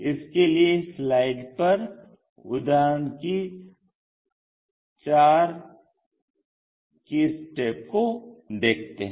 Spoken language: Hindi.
इसके लिए स्लाइड पर उदहारण 4 की स्टेप्स को देखते हैं